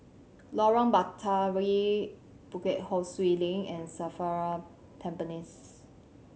Lorong Batawi Bukit Ho Swee Link and SAFRA Tampines